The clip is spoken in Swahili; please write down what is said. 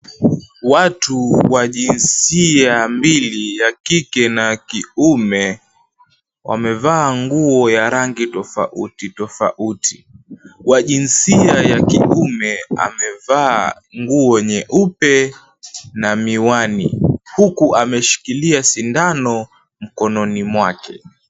Watu wa jinsia mbili, ya kike na kiume wamevaa nguo ya rangi tofauti tofauti. Wa jinsia ya kiume amevaa nguo nyeupe na miwani huku ameshikilia sindano mikononi mwake.